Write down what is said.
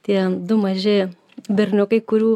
tie du maži berniukai kurių